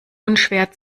unschwer